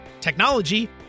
technology